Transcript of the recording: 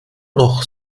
noch